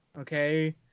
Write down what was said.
Okay